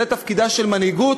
זה תפקידה של מנהיגות,